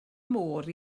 môr